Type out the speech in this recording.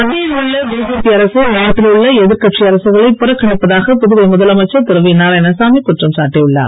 மத்தியில் உள்ள பிஜேபி அரசு நாட்டில் உள்ள எதிர்கட்சி அரசுகளை புறக்கணிப்பதாக புதுவை முதலமைச்சர் திரு வி நாராயணசாமி குற்றம் சாட்டி உள்ளார்